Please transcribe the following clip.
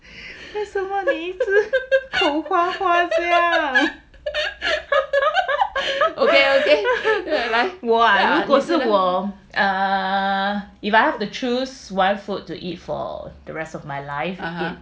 okay okay 快点来 (uh huh)